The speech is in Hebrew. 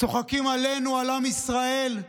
צוחקים עלינו, על עם ישראל.